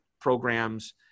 programs